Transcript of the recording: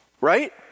right